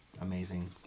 amazing